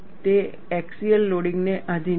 તે એક્સીયલ લોડિંગને આધિન છે